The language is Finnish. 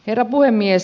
herra puhemies